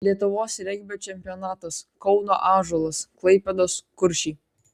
lietuvos regbio čempionatas kauno ąžuolas klaipėdos kuršiai